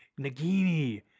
Nagini